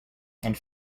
and